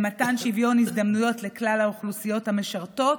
במתן שוויון הזדמנויות לכלל האוכלוסיות המשרתות